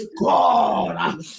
God